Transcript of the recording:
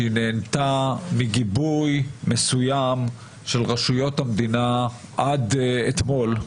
שהיא נהנתה מגיבוי מסוים של רשויות המדינה עד אתמול,